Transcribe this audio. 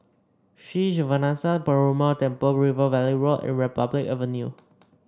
Sri Srinivasa Perumal Temple River Valley Road and Republic Avenue